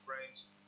friends